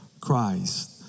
Christ